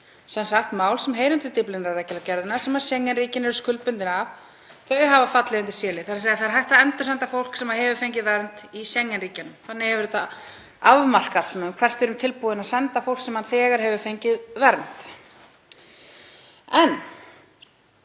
Sem sagt: Mál sem heyra undir Dyflinnarreglugerðina, sem Schengen-ríkin eru skuldbundin af, hafa fallið undir c-lið, þ.e. hægt er að endursenda fólk sem hefur fengið vernd í Schengen-ríkjunum. Þannig hefur það afmarkast hvert við erum tilbúin að senda fólk sem þegar hefur fengið vernd. En